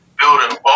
building